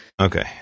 okay